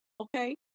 Okay